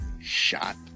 shot